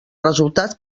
resultat